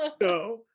No